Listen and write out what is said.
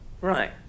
Right